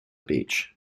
beach